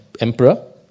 Emperor